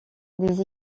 des